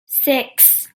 six